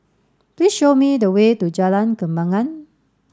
please show me the way to Jalan Kembangan